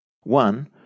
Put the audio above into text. One